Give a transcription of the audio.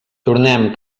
tornem